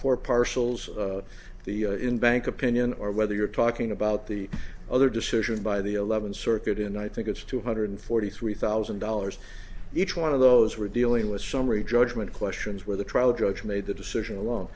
four parcels the in bank opinion or whether you're talking about the other decision by the eleventh circuit in i think it's two hundred forty three thousand dollars each one of those were dealing with summary judgment questions where the trial judge made the decision alon